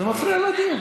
זה מפריע לדיון.